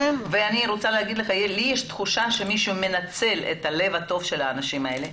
לי יש תחושה שמישהו מנצל את הלב הטוב של האנשים האלה.